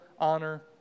honor